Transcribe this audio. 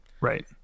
Right